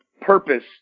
purpose